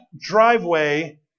driveway